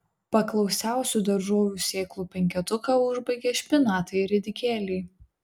paklausiausių daržovių sėklų penketuką užbaigia špinatai ir ridikėliai